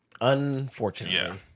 Unfortunately